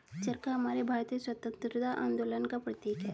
चरखा हमारे भारतीय स्वतंत्रता आंदोलन का प्रतीक है